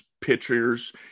pitchers